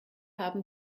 haben